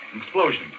Explosion